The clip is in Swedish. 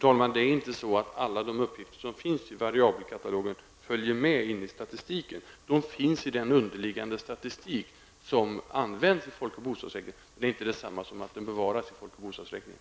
Fru talman! Alla uppgifter som finns i Variabelkatalogen följer inte med i statistiken. De finns med i den underliggande statistik som används i folk och bostadsräkningen. Det är inte detsamma som att de bevaras i folk och bostadsräkningen.